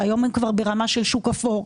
שהיום הן כבר ברמה של שוק אפור,